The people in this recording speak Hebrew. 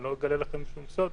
אני לא מגלה לכם שום סוד,